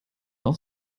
auf